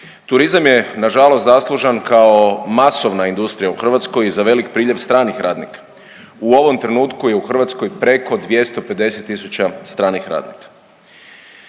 Turizam je nažalost zaslužan kao masovna industrija u Hrvatskoj i za velik priljev stranih radnika. U ovom trenutku je u Hrvatskoj preko 250 tisuća stranih radnika.